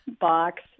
box